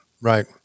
right